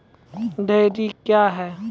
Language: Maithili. डेयरी क्या हैं?